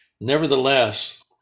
Nevertheless